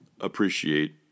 appreciate